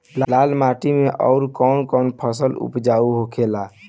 लाल माटी मे आउर कौन कौन फसल उपजाऊ होखे ला?